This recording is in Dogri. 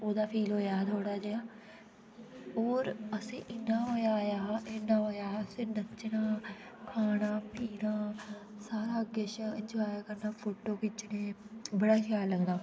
औह्दा फील होया हा थोह्ड़ा जेहा होंर अस्सी इन्ना मजा आया हा इन्ना मजा नचना खाना पीना सब केश इंजॉय करना फोटो खींचने बड़ा शैल लगदा हा